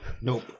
nope